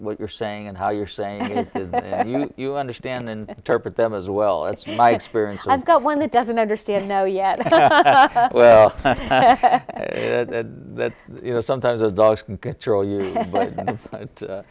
what you're saying and how you're saying you understand and interpret them as well as my experience i've got one that doesn't understand know yet well that you know sometimes adults can control you